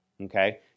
Okay